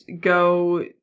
go